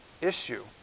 issue